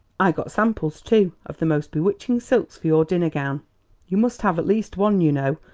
i got samples, too, of the most bewitching silks for your dinner gown you must have at least one, you know,